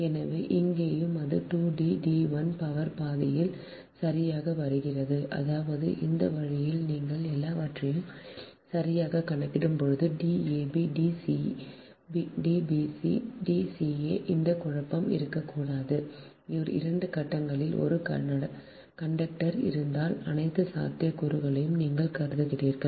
எனவே இங்கேயும் அது 2 D d 1 பவர் பாதியில் சரியாக வருகிறது அதாவது இந்த வழியில் நீங்கள் எல்லாவற்றையும் சரியாக கணக்கிடும் போது D ab D bc D ca எந்த குழப்பமும் இருக்கக்கூடாது 2 கட்டங்களில் ஒரு கண்டக்டர் இருந்தால் அனைத்து சாத்தியக்கூறுகளையும் நீங்கள் கருதுகிறீர்கள்